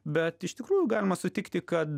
bet iš tikrųjų galima sutikti kad